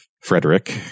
Frederick